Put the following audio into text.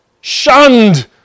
shunned